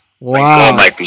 Wow